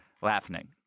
laughing